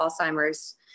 Alzheimer's